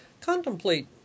Contemplate